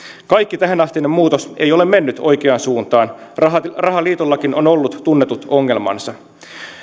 kaikki tähänastinen muutos ei ole mennyt oikeaan suuntaan rahaliitollakin on ollut tunnetut ongelmansa